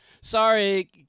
sorry